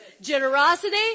generosity